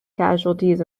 casualties